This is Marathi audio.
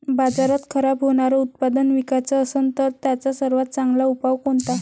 बाजारात खराब होनारं उत्पादन विकाच असन तर त्याचा सर्वात चांगला उपाव कोनता?